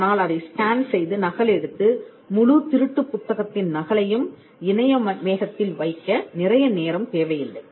ஆனால் அதை ஸ்கேன் செய்து நகலெடுத்து முழு திருட்டுப் புத்தகத்தின் நகலையும் இணைய மேகத்தில் வைக்க நிறைய நேரம் தேவையில்லை